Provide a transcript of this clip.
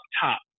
top